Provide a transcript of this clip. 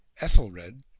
Ethelred